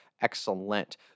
Excellent